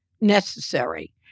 necessary